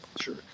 Sure